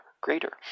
greater